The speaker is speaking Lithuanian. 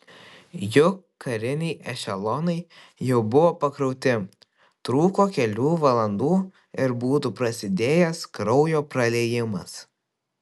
juk kariniai ešelonai jau buvo pakrauti trūko kelių valandų ir būtų prasidėjęs kraujo praliejimas